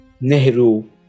Nehru